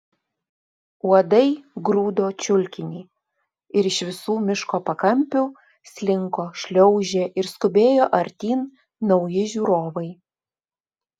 uodai grūdo čiulkinį ir iš visų miško pakampių slinko šliaužė ir skubėjo artyn nauji žiūrovai